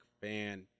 fan